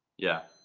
yeah,